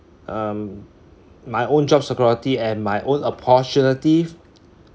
um my own job security and my own opportunity